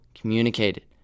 communicated